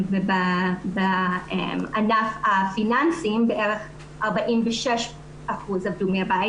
ובענף הפיננסי בערך 46% עבדו מהבית,